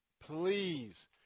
Please